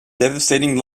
devastating